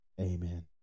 Amen